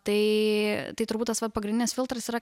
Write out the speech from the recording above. tai tai turbūt tas va pagrindinis filtras yra